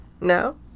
No